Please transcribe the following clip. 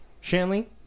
Shanley